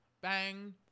bang